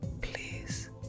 please